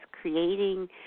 creating